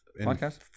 podcast